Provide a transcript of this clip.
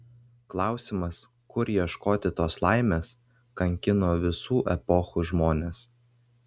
klausimas kur ieškoti tos laimės kankino visų epochų žmones